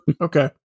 Okay